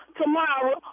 tomorrow